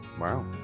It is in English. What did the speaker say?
Wow